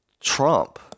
Trump